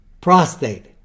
prostate